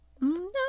No